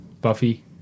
Buffy